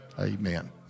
Amen